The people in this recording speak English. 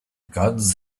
gods